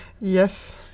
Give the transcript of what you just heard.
Yes